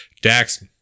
Dax